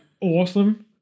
awesome